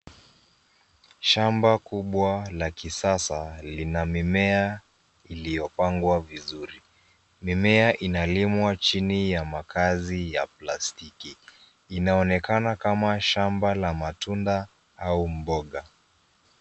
Shamba kubwa la kisasa, lina mimea iliyopangwa vizuri. Mimea inalimwa chini ya makazi ya plastiki. Inaonekana kama shamba la matunda au mboga.